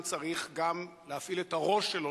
ממשלה מבולבלת,